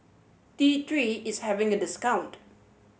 T Three is having a discount